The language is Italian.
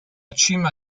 cima